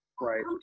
right